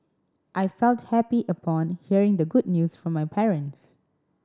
I felt happy upon hearing the good news from my parents